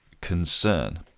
concern